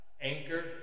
Anchor